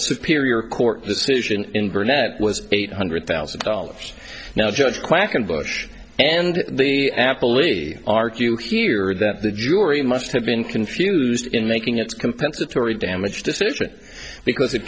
superior court decision in burnett was eight hundred thousand dollars now judge quackenbush and the apple only argue here that the jury must have been confused in making its compensatory damages decision because it